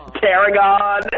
Tarragon